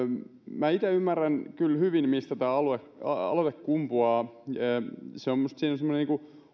minä itse ymmärrän kyllä hyvin mistä tämä aloite aloite kumpuaa siinä on minusta semmoinen